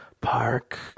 park